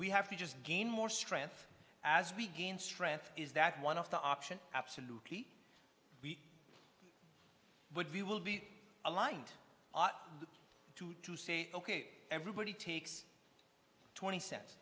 we have to just gain more strength as we gain strength is that one of the option absolutely we would we will be aligned ought to to say ok everybody takes twenty cents